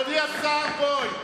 אדוני השר בוים,